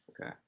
Okay